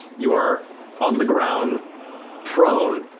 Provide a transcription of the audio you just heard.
you are on the ground prone,